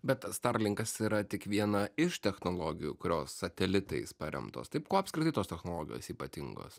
bet starlinkas yra tik viena iš technologijų kurios satelitais paremtos taip kuo apskritai tos technologijos ypatingos